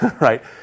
right